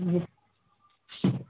جی